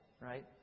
right